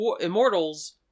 Immortals